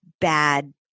bad